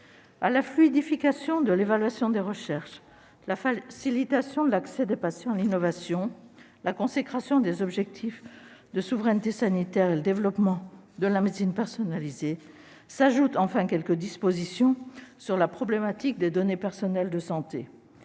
À la fluidification de l'évaluation des recherches, à la facilitation de l'accès des patients à l'innovation, à la consécration des objectifs de souveraineté sanitaire et de développement de la médecine personnalisée, s'ajoutent enfin quelques dispositions sur la problématique des données personnelles de santé.